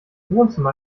wohnzimmer